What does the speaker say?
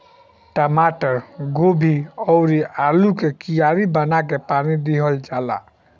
टमाटर, गोभी अउरी आलू के कियारी बना के पानी दिहल जाला